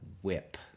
whip